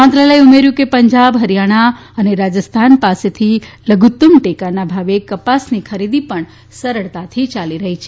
મંત્રાલયે ઉમેર્યું કે પંજાબ હરિયાણા અને રાજસ્થાન પાસેથી લઘુત્તમ ટેકાના ભાવે કપાસની ખરીદી પણ સરળતાથી યાલી રહી છે